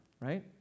right